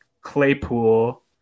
Claypool